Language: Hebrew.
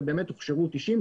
ובאמת הוכשרו 90,